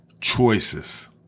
choices